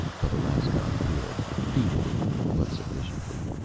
but alaskon could, feebly, but sufficiently.